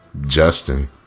Justin